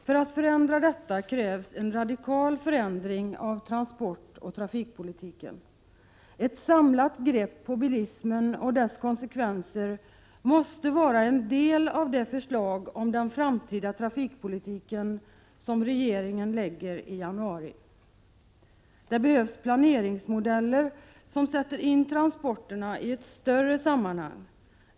För att råda bot på detta förhållande krävs en radikal förändring av transportoch trafikpolitiken. Ett samlat grepp på bilismen och dess konsekvenser måste vara en del av det förslag om den framtida trafikpolitiken som regeringen lägger fram i januari. Det behövs planeringsmodeller där transporterna sätts ini ett större sammanhang.